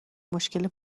مشکل